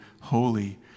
holy